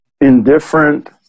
indifferent